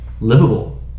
livable